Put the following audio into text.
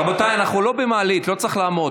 רבותיי, אנחנו לא במעלית, לא צריך לעמוד.